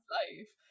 life